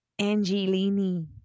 Angelini